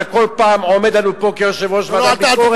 אתה כל פעם עומד לנו פה כיושב-ראש ועדת ביקורת,